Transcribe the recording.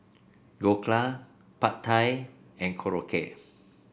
Dhokla Pad Thai and Korokke